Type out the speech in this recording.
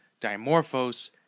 Dimorphos